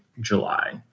July